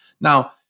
Now